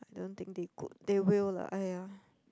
I don't think they good they will lah (aiya)